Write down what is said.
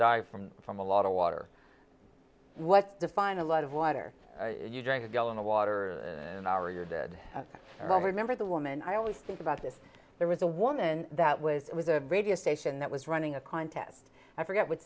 die from from a lot of water what defines a lot of water you drink a gallon of water and hour you're dead well remember the woman i always think about this there was a woman that was it was a radio station that was running a contest i forget what